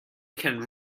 can